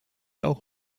auch